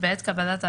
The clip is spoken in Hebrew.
בעת קבלת ההחלטה,